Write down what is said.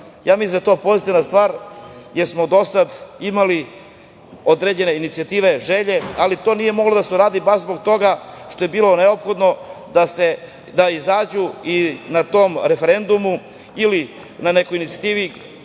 da je to pozitivna stvar, jer smo do sada imali određene inicijative, želje, ali to nije moglo da se uradi baš zbog toga što je bilo neophodno da izađe na tom referendumu ili na nekoj inicijativi